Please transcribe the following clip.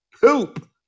poop